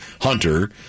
Hunter